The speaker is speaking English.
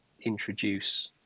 introduce